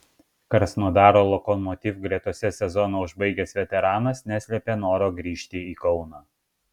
krasnodaro lokomotiv gretose sezoną užbaigęs veteranas neslėpė noro grįžti į kauną